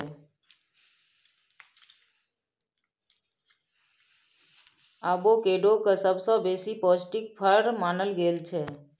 avocado केँ सबसँ बेसी पौष्टिक फर मानल गेल छै